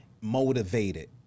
motivated